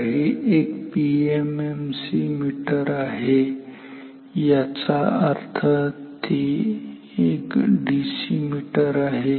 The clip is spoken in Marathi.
तर हे एक पीएमएमसी मीटर आहे याचा अर्थ ते एक डीसी मीटर आहे